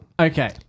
Okay